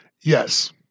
Yes